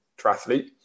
triathlete